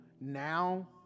now